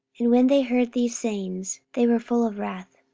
and when they heard these sayings, they were full of wrath,